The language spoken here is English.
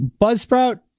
Buzzsprout